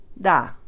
da